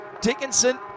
dickinson